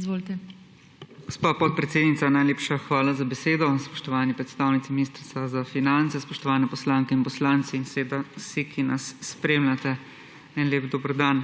Izvolite. JURE FERJAN (PS SDS): Gospa podpredsednica, najlepša hvala za besedo. Spoštovani predstavnici Ministrstva za finance, spoštovane poslanke in poslanci in vsi, ki nas spremljate, en lep dober dan!